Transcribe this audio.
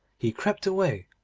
he crept away,